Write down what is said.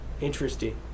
Interesting